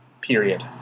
period